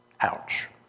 Ouch